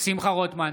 שמחה רוטמן,